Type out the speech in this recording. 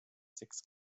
sechs